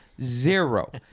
Zero